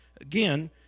again